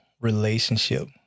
relationship